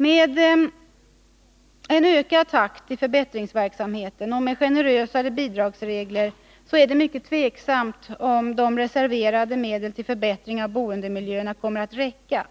Med en ökad takt i förbättringsverksamheten och med generösare bidragsregler är det mycket tveksamt om de medel som reserverats till förbättring av boendemiljöerna kommer att räcka.